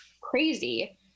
crazy